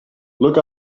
look